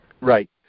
Right